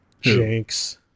Jinx